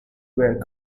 were